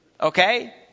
Okay